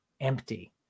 empty